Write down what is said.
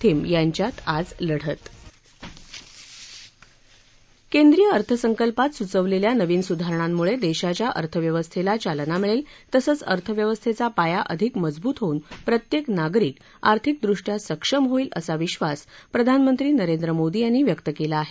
theme यांच्यात लढत केंद्रीय अर्थसंकल्पात सुचवलेल्या नवीन सुधारणांमुळे देशाच्या अर्थव्यवस्थेला चालना मिळेल तसच अर्थव्यवस्थेचा पाया अधिक मजबूत होऊन प्रत्येक नागरिक आर्थिक दृष्ट्या सक्षम होईल असा विबास प्रधानमंत्री नरेंद्र मोदी यांनी व्यक्त केला आहे